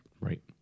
Right